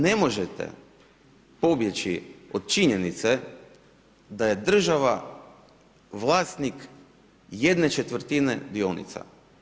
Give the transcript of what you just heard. Ne možete pobjeći od činjenice da je država vlasnik jedne četvrtine dionica.